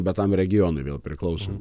bet tam regionui vėl priklausom